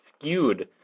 skewed